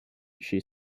she